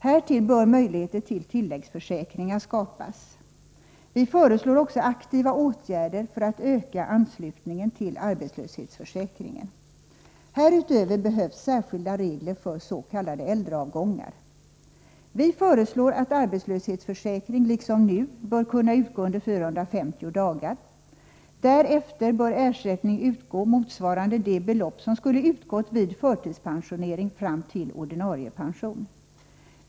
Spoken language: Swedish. Härtill bör möjligheter till tilläggsförsäkringar skapas. Vi föreslår också aktiva åtgärder för att öka anslutningen till arbetslöshetsförsäkringen. Härutöver behövs särskilda regler för s.k. äldreavgångar. Vi föreslår att arbetslöshetsförsäkring liksom nu bör kunna utgå under 450 dagar. Därefter bör ersättning utgå motsvarande det belopp som skulle ha utgått vid förtidspensionering fram till ordinarie pension.